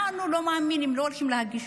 אנחנו לא מאמינים, לא הולכים להגיש